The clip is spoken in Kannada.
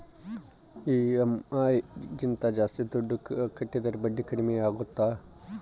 ಇ.ಎಮ್.ಐ ಗಿಂತ ಜಾಸ್ತಿ ದುಡ್ಡು ಕಟ್ಟಿದರೆ ಬಡ್ಡಿ ಕಡಿಮೆ ಆಗುತ್ತಾ?